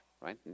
Right